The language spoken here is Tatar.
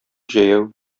җәяү